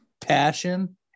passion